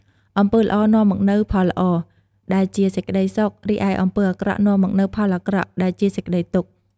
អំពើល្អនាំមកនូវផលល្អ ដែលជាសេចក្ដីសុខ រីឯអំពើអាក្រក់នាំមកនូវផលអាក្រក់ ដែលជាសេចក្ដីទុក្ខ។